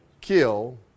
kill